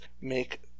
make